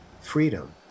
Freedom